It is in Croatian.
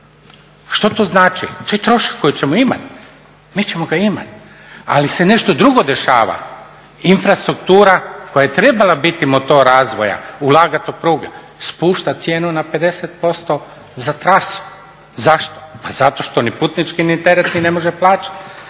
Što to znači? To je trošak koji ćemo imati, mi ćemo ga imati. Ali se nešto drugo dešava, infrastruktura koja je trebala biti motor razvoja, ulagat u pruge, spušta cijenu na 50% za trasu. Zašto, pa zato što ni putnički ni teretni ne može plaćat,